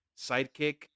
sidekick